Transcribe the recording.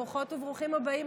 ברוכות וברוכים הבאים.